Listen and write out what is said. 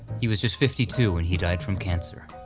he was just fifty two when he died from cancer.